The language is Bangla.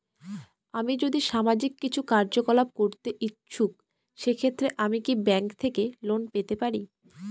আমি যদি সামাজিক কিছু কার্যকলাপ করতে ইচ্ছুক সেক্ষেত্রে আমি কি ব্যাংক থেকে লোন পেতে পারি?